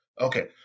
okay